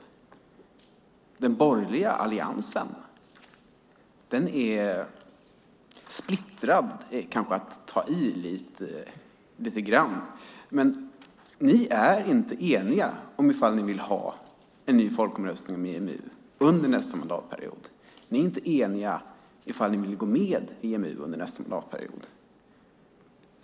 Att säga att den borgerliga alliansen är splittrad är kanske att ta i lite grann, men ni är inte eniga om ifall ni vill ha en ny folkomröstning om EMU under nästa mandatperiod. Ni är inte eniga om ifall ni vill gå med i EMU under nästa mandatperiod.